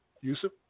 Yusuf